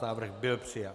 Návrh byl přijat.